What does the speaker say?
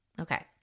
Okay